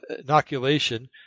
inoculation